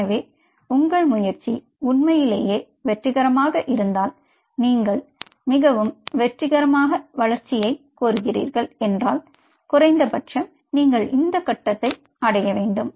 எனவே உங்கள் முயற்சி உண்மையிலேயே வெற்றிகரமாக இருந்தால் நீங்கள் மிகவும் வெற்றிகரமான வளர்ச்சியைக் கோருகிறீர்கள் என்றால் குறைந்தபட்சம் நீங்கள் இந்த கட்டத்தை அடைய வேண்டும்